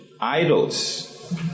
idols